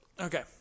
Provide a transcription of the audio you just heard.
Okay